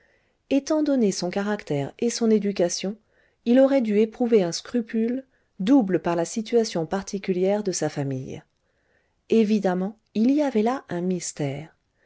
etant donnés son caractère et son éducation il aurait dû éprouver un scrupule doublé par la situation particulière de sa famille evidemment il y avait là un mystère